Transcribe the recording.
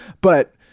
But-